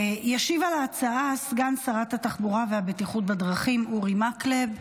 ישיב על ההצעה סגן שר התחבורה והבטיחות בדרכים אורי מקלב.